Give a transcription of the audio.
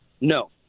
no